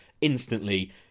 Instantly